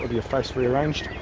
ah your face rearranged.